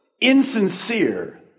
insincere